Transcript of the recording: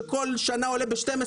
שכל שנה עולה ב-12%.